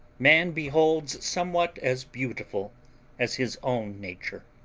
man beholds somewhat as beautiful as his own nature.